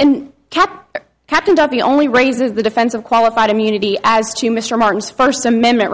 and kept captain darby only raises the defense of qualified immunity as to mr martin's first amendment